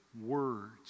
words